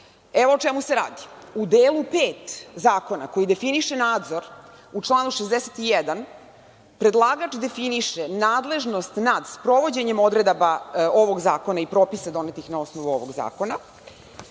Evo o čemu se radi. U delu 5 Zakona koji definiše nadzor, u članu 61. predlagač definiše nadležnost nad sprovođenjem odredaba ovog zakona i propisa donetih na osnovu ovog zakona